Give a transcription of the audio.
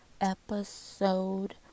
episode